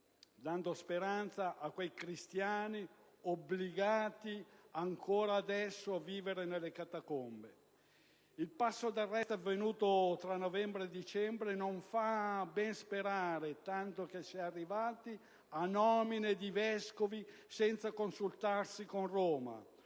dando speranza a quei cristiani obbligati ancora adesso a vivere nelle catacombe. Del resto, il passo avvenuto tra novembre e dicembre non fa ben sperare, tanto che si è arrivati a nomine di vescovi senza consultarsi con Roma,